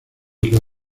ricas